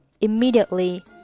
immediately